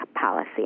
policy